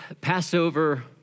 Passover